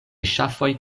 ŝafoj